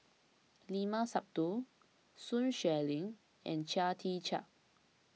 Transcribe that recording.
Limat Sabtu Sun Xueling and Chia Tee Chiak